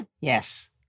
Yes